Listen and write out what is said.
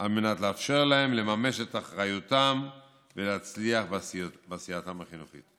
על מנת לאפשר להם לממש את אחריותם ולהצליח בעשייתם החינוכית.